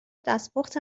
دستپخت